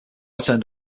turned